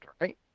right